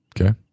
Okay